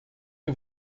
que